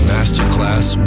Masterclass